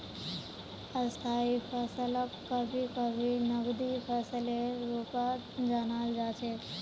स्थायी फसलक कभी कभी नकदी फसलेर रूपत जानाल जा छेक